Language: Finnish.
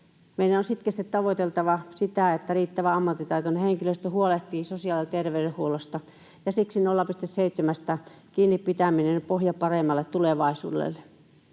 Meidän on sitkeästi tavoiteltava sitä, että riittävän ammattitaitoinen henkilöstö huolehtii sosiaali- ja terveydenhuollosta, ja siksi 0,7:stä kiinni pitäminen on pohja paremmalle tulevaisuudelle.